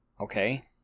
okay